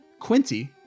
Quinty